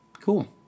Cool